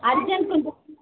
urgent கொஞ்சம்